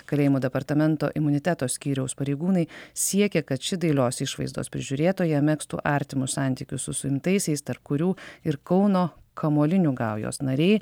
kalėjimų departamento imuniteto skyriaus pareigūnai siekė kad ši dailios išvaizdos prižiūrėtoja megztų artimus santykius su suimtaisiais tarp kurių ir kauno kamuolinių gaujos nariai